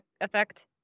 effect